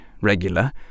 regular